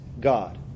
God